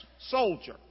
soldier